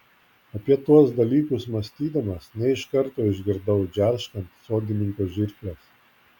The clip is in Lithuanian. apie tuos dalykus mąstydamas ne iš karto išgirdau džerškant sodininko žirkles